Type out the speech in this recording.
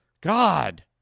God